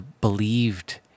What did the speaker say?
believed